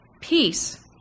peace